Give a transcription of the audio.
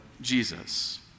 Jesus